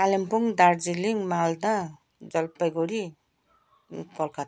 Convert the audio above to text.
Kalimpong Darjeeling Malda Jalpaiguri Calcutta